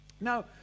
Now